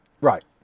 Right